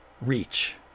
reach